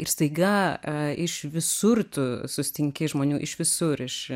ir staiga iš visur tu susitinki žmonių iš visur iš